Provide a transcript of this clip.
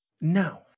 No